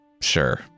Sure